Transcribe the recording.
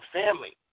family